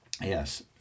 Yes